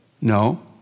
No